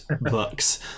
books